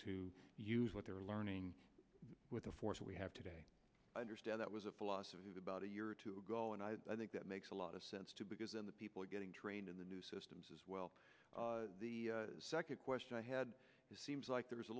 to use what they're learning with a force we have to understand that was a philosophy about a year or two ago and i think that makes a lot of sense to because in the people getting trained in the new systems as well the second question i had seems like there was a